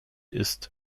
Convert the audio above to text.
ist